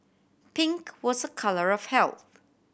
pink was a colour of health